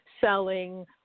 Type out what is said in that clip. selling